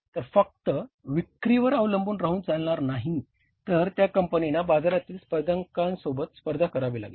तर फक्त विक्रीवर अवलंबित राहून चालणार नाही तर त्या कंपनींना बाजारातील स्पर्धकांसोबत स्पर्धा करावी लागणार